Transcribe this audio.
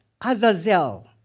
Azazel